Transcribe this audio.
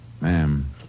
Ma'am